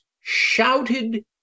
shouted